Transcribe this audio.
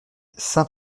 saint